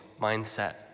mindset